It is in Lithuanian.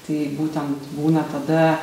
tai būtent būna tada